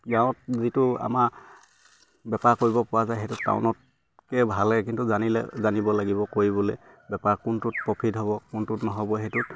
গাঁৱত যিটো আমাৰ বেপাৰ কৰিব পৰা যায় সেইটো টাউনতকে ভালে কিন্তু জানিলে জানিব লাগিব কৰিবলে বেপাৰ কোনটোত প্ৰফিট হ'ব কোনটোত নহ'ব সেইটোত